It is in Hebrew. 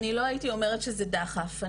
אני לא הייתי אומרת שזה דחף,